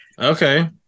Okay